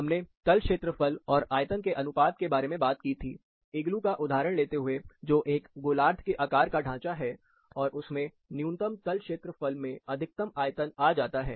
हमने तल क्षेत्रफल और आयतन के अनुपात के बारे में बात की थी इग्लू का उदाहरण लेते हुए जो एक गोलार्द्ध के आकार का ढांचा है और उसमें न्यूनतम तल क्षेत्रफल में अधिकतम आयतन आ जाता है